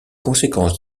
conséquences